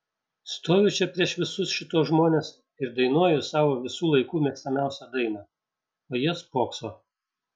stoviu čia prieš visus šituos žmones ir dainuoju savo visų laikų mėgstamiausią dainą o jie spokso